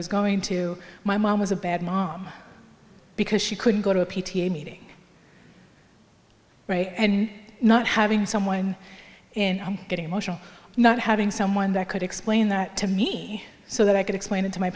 was going to my mom was a bad mom because she couldn't go to a p t a meeting right and not having someone and i'm getting emotional not having someone that could explain that to me so that i could explain it to my